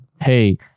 hey